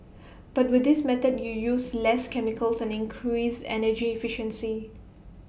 but with this method you use less chemicals and increase energy efficiency